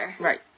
Right